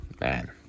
man